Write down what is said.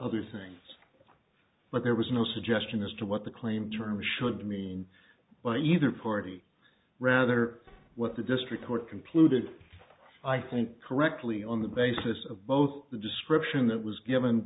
other things but there was no suggestion as to what the claim terms should mean by either party rather what the district court concluded i think correctly on the basis of both the description that was given